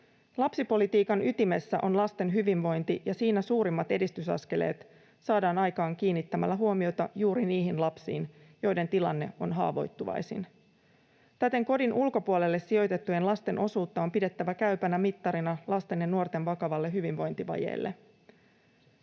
Lapsipolitiikan ytimessä on lasten hyvinvointi, ja siinä suurimmat edistysaskeleet saadaan aikaan kiinnittämällä huomiota juuri niihin lapsiin, joiden tilanne on haavoittuvaisin. Täten kodin ulkopuolelle sijoitettujen lasten osuutta on pidettävä käypänä mittarina lasten ja nuorten vakavalle hyvinvointivajeelle.